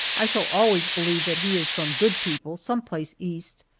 i shall always believe that he is from good people some place east,